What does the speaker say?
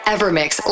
Evermix